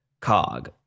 COG